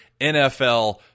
NFL